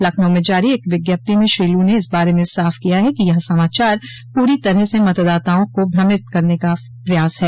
लखनऊ में जारी एक विज्ञप्ति में श्री लू ने इस बारे में साफ किया है कि यह समाचार पूरी तरह से मतदाताओं को भ्रमित करने का प्रयास है